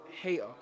hater